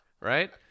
right